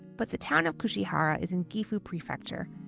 but the town of kushihara is in gifu prefecture,